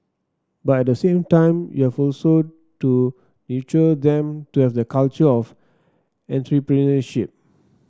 but at the same time you have also to nurture them to have the culture of entrepreneurship